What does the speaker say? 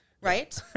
right